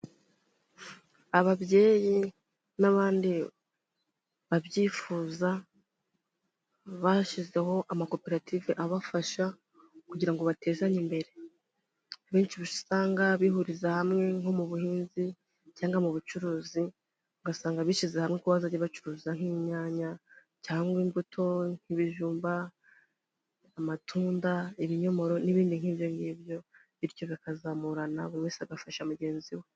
Ababyeyi n'abandi babyifuza bashyizeho amakoperative abafasha, kugira ngo batezanye imbere, abenshi uba usanga bihuriza hamwe nko mu buhinzi, cyangwa mu bucuruzi ugasanga bishyize hamwe ko bazajya bacuruza nk'inyanya cyangwa imbuto n'ibijumba amatunda, ibinyomoro n'ibindi nk'ibyongibyo bityo bikazamurana, buri wese agafasha mugenzi we.